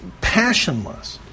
passionless